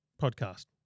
podcast